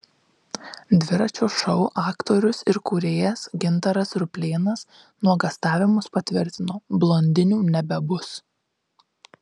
dviračio šou aktorius ir kūrėjas gintaras ruplėnas nuogąstavimus patvirtino blondinių nebebus